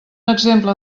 exemple